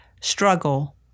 struggle